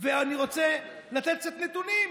אני רוצה לתת קצת נתונים: